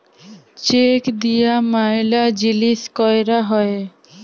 check দিয়া ম্যালা জিলিস ক্যরা হ্যয়ে